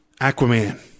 Aquaman